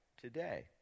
today